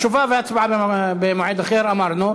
תשובה והצבעה במועד אחר, אמרנו.